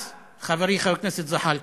אז" חברי חבר הכנסת זחאלקה,